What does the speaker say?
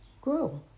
grow